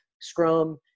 scrum –